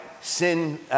sin